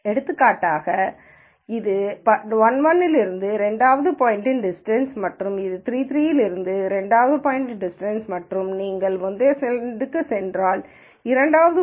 எடுத்துக்காட்டாக இது 1 1 இலிருந்து இரண்டாவது பாய்ன்ட்யின் டிஸ்டன்ஸ் மற்றும் இது 3 3 இலிருந்து இரண்டாவது பாய்ன்ட்யின் டிஸ்டன்ஸ் மற்றும் நீங்கள் முந்தைய ஸ்லைடிற்குச் சென்றால் இரண்டாவது பாய்ன்ட் உண்மையில் 1